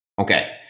Okay